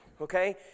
Okay